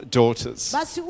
daughters